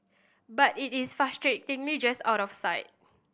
but it is out of sight